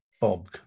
Bob